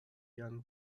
young